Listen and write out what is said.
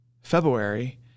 February